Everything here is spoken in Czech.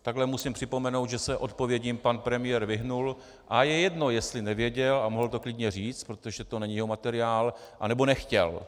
Takhle musím připomenout, že se odpovědím pan premiér vyhnul, a je jedno, jestli nevěděl, a mohl to klidně říct, protože to není jeho materiál, anebo nechtěl.